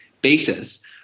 basis